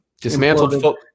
dismantled